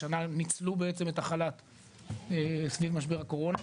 השנה הם ניצלו את החל"ת סביב משבר הקורונה,